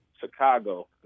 Chicago